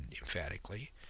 EMPHATICALLY